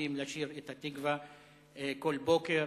הערביים לשיר את "התקווה" כל בוקר,